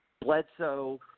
Bledsoe